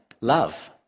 love